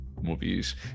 movies